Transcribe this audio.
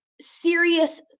serious